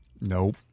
nope